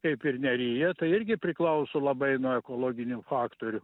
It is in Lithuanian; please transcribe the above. kaip ir neryje tai irgi priklauso labai nuo ekologinių faktorių